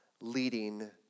leading